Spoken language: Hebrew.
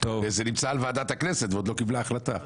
זה נמצא בוועדת הכנסת והיא עדיין לא קיבלה החלטה.